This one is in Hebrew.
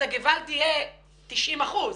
הגוועלד יהיה 90 אחוזים.